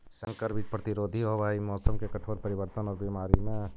संकर बीज प्रतिरोधी होव हई मौसम के कठोर परिवर्तन और बीमारी में